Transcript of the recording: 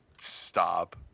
stop